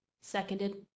Seconded